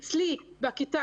אצלי בכיתה,